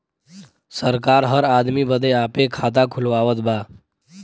सरकार हर आदमी बदे आपे खाता खुलवावत बा